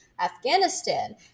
Afghanistan